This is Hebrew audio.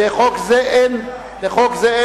לחוק זה אין הסתייגויות.